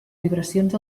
vibracions